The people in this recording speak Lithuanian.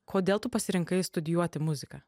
kodėl tu pasirinkai studijuoti muziką